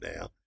now